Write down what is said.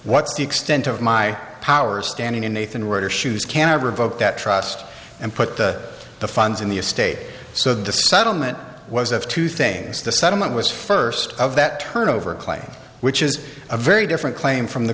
what's the extent of my powers standing in nathan road or shoes can revoke that trust and put the the funds in the estate so the settlement was of two things the settlement was first of that turnover claim which is a very different claim from the